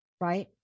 right